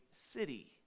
city